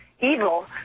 evil